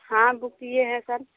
हाँ बुक किए हैं सर